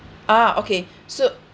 ah okay so